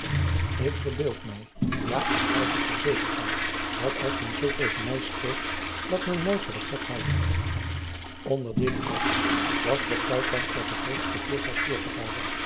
k verbeeld mij ja ik houd het er zeker voor dat als men zoo regen mij spreekt dat men mij voor den gek houdt nder dit alles was toch met de grootste